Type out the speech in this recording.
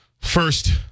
first